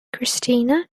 cristina